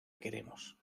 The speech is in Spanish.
queremos